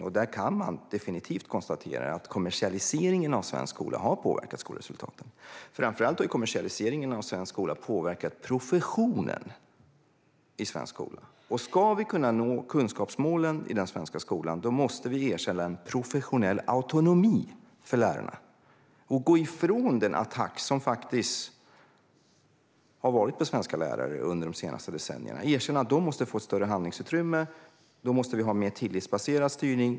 Utifrån denna sammanställning kan man definitivt konstatera att kommersialiseringen av svensk skola har påverkat skolresultaten. Framför allt har kommersialiseringen av svensk skola påverkat professionen. Och om vi ska kunna nå kunskapsmålen i den svenska skolan måste vi erkänna en professionell autonomi för lärarna och gå ifrån den attack på svenska lärare som har pågått de senaste decennierna. Vi måste erkänna att lärarna måste få större handlingsutrymme. Då måste vi ha mer tillitsbaserad styrning.